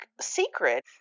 secret